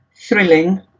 thrilling